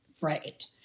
Right